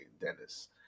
Dennis